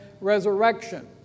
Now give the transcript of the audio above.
resurrection